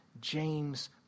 James